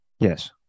Yes